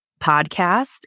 podcast